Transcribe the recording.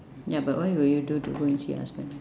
ya but what would you do to go and see your husband